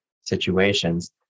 situations